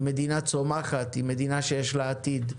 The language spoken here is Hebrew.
היא מדינה צומחת, היא מדינה שיש לה עתיד.